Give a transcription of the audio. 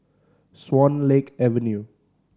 Swan Lake Avenue